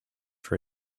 for